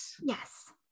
Yes